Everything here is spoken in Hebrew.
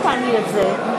נא להצביע.